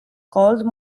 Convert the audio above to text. called